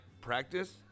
practice